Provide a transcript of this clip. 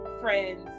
friends